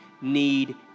need